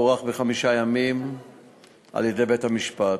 הוארך בחמישה ימים על-ידי בית-המשפט.